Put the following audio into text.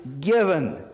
given